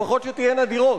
לפחות שתהיינה דירות.